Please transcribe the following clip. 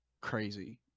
crazy